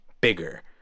Bigger